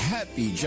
Happy